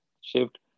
shift